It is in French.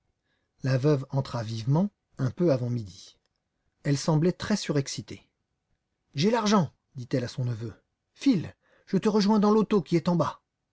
la veuve entra vivement un peu avant midi elle semblait très surexcitée j'ai l'argent dit-elle à son neveu file je te rejoins dans l'auto qui est en bas